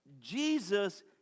Jesus